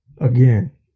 Again